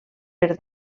per